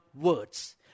words